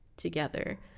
together